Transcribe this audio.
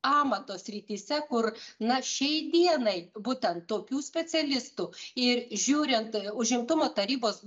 amato srityse kur na šiai dienai būtent tokių specialistų ir žiūrint užimtumo tarybos